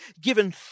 given